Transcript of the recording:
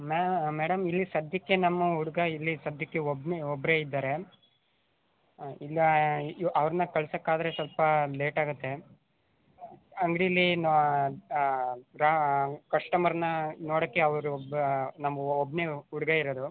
ಮ್ಯಾ ಮೇಡಮ್ ಇಲ್ಲಿ ಸದ್ಯಕ್ಕೆ ನಮ್ಮ ಹುಡುಗ ಇಲ್ಲಿ ಸದ್ಯಕ್ಕೆ ಒಬ್ಬನೆ ಒಬ್ಬರೇ ಇದ್ದಾರೆ ಹಾಂ ಇಲ್ಲ ಈ ಅವ್ರನ್ನ ಕಳ್ಸೋಕ್ಕಾದ್ರೆ ಸ್ವಲ್ಪ ಲೇಟ್ ಆಗುತ್ತೆ ಅಂಗ್ಡೀಲಿ ಇನ್ನು ಕಸ್ಟಮರ್ನ ನೋಡೋಕ್ಕೆ ಅವ್ರು ಒಬ್ಬ ನಮ್ಗೆ ಒಬ್ಬನೇ ಹುಡುಗ ಇರೋದು